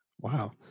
Wow